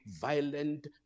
violent